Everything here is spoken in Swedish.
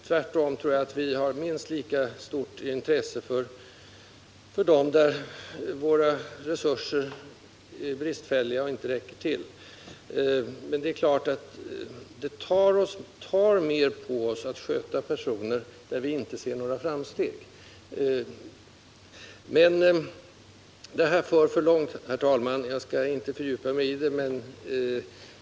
Tvärtom tror jag att vi har minst lika stort intresse för dem för vilka våra resurser är bristfälliga eller inte räcker till. Men det är klart att det tar mer på oss att sköta sjuka personer hos vilka vi inte ser några framsteg. Att utveckla detta närmare skulle föra alltför långt, herr talman. Jag skall därför inte fördjupa mig mer i dessa problem.